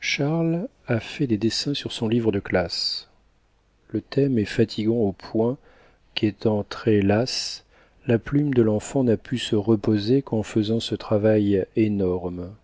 charle a fait des dessins sur son livre de classe le thème est fatigant au point qu'étant très lasse la plume de l'enfant n'a pu se reposer qu'en faisant ce travail énorme